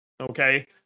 okay